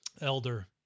Elder